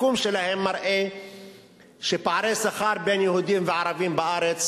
סיכום שלהם מראה שפערי השכר בין יהודים וערבים בארץ,